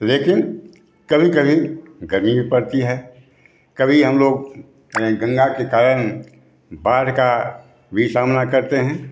लेकिन कभी कभी गर्मी भी पड़ती है कभी हम लोग गंगा के कारण बाढ़ का भी सामना करते हैं